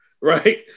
right